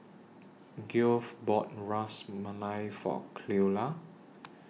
Geoff bought Ras Malai For Cleola